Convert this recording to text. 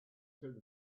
through